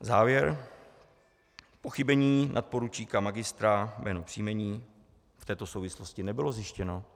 Závěr: Pochybení nadporučíka magistra, jméno, příjmení, v této souvislosti nebylo zjištěno.